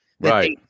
Right